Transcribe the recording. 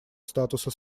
статуса